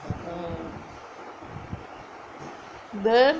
the